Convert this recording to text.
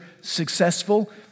successful